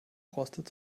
rostet